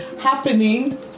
happening